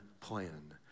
plan